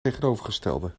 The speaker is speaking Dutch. tegenovergestelde